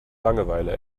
langeweile